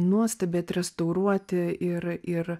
nuostabiai atrestauruoti ir ir